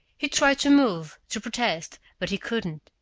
he tried to move, to protest, but he couldn't.